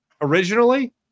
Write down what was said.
originally